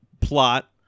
plot